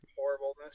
horribleness